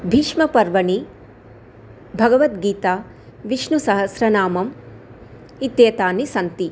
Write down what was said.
भीष्मपर्वणि भगवद्गीता विष्णुसहस्रनामम् इत्येतानि सन्ति